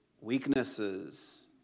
weaknesses